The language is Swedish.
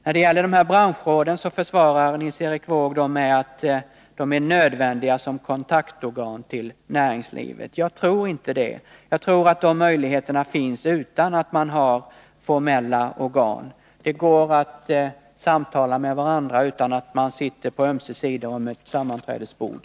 När det gäller branschråden försvarar Nils Erik Wååg dem med att de är nödvändiga som kontaktorgan till näringslivet. Jag tror inte det. Jag tror att kontaktmöjligheterna finns utan att man har formella organ. Det går att samtala med varandra utan att sitta på ömse sidor om ett sammanträdesbord.